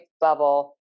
bubble